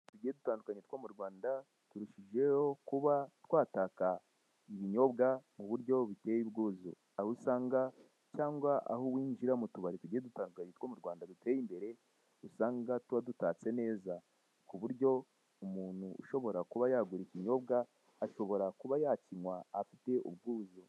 Tugiye dutandukanye two mu Rwanda turushijeho kuba twataka ibinyobwa mu buryo buteye ubwuzu. Aho usanga cyangwa aho winjira mu tubari tugiye dutandukanye two mu Rwanda duteye imbere usanga tuba dutatse neza. Kuburyo umuntu ushobora kuba yagura ikinyobwa ashobora kuba yakinywa afite ubwuzu.